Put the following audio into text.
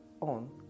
on